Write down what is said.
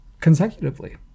consecutively